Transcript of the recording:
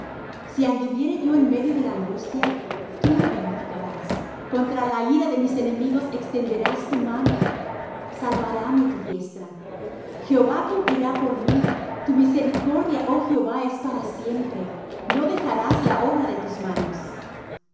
si anduviere yo en medio de la angustia tú me vivificarás contra la ira de mis enemigos extenderás tu mano y salvaráme tu diestra jehová cumplirá por mí tu misericordia oh jehová es para siempre no dejarás la obra de tus manos